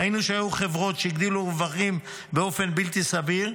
ראינו שהיו חברות שהגדילו רווחים באופן בלתי סביר,